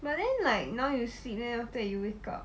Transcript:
but then like now you sleep then after that you wake up